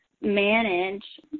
manage